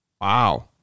Wow